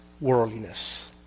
worldliness